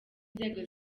inzego